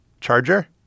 Charger